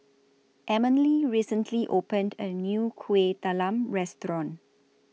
Emeline recently opened A New Kuih Talam Restaurant